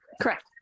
Correct